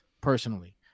personally